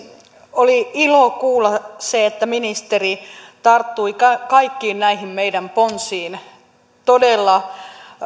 oli ilo kuulla se että ministeri tarttui kaikkiin näihin meidän ponsiimme todella